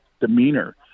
demeanor